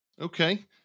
Okay